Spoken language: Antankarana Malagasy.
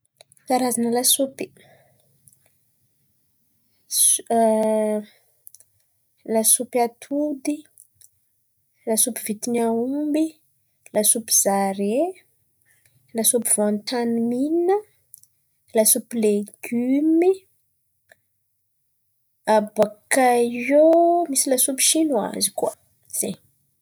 Karazan̈a lasopy: lasopy atody, lasopy vitin'aomby, lasopy zare, lasopy vantanemina, lasopy legiomy abôkà eo misy lasopy shinoizy koà zen̈y.